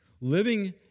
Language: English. Living